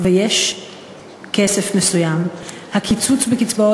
עם הסתייגויות,